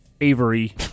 Avery